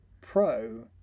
pro